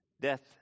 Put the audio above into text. death